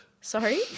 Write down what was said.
Sorry